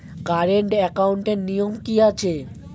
Current একাউন্টের নিয়ম কী আছে?